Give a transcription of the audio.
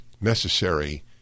necessary